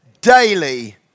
daily